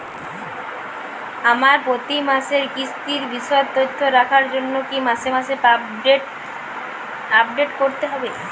আমার প্রতি মাসের কিস্তির বিশদ তথ্য রাখার জন্য কি মাসে মাসে পাসবুক আপডেট করতে হবে?